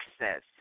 access